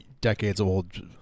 decades-old